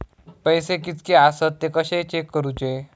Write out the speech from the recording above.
पैसे कीतके आसत ते कशे चेक करूचे?